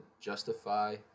justify